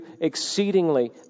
exceedingly